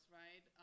right